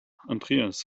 andreas